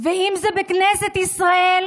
ואם זה בכנסת ישראל,